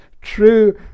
true